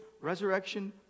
resurrection